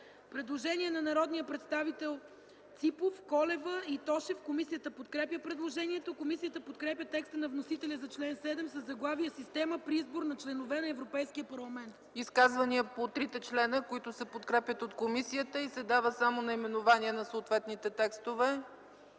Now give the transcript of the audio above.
предложение на народния представител Ципов, Колева и Тошев. Комисията подкрепя предложението. Комисията подкрепя текста на вносителя за чл. 7 със заглавие „Система при избор на членове на Европейския парламент”. ПРЕДСЕДАТЕЛ ЦЕЦКА ЦАЧЕВА: Изказвания по трите члена, които се подкрепят от комисията, и се дава само наименование на съответните текстове?